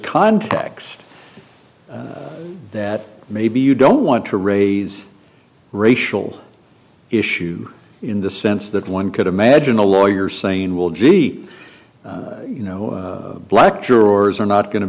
context that maybe you don't want to raise racial issue in the sense that one could imagine a lawyer saying well gee you know black jurors are not going to